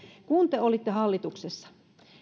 kun te olitte hallituksessa